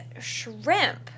shrimp